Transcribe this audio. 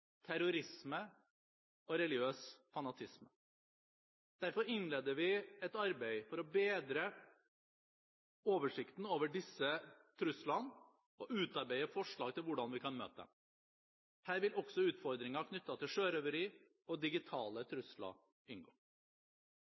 terrorisme og religiøs fanatisme. Derfor innleder vi et arbeid for å bedre oversikten over disse truslene og utarbeide forslag til hvordan vi kan møte dem. Her vil også utfordringer knyttet til sjørøveri og digitale trusler inngå.